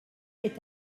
est